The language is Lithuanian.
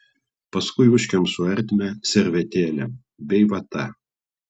paskui užkemšu ertmę servetėlėm bei vata